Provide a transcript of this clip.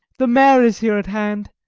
the mayor is here at hand.